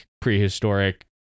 prehistoric